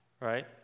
right